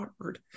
hard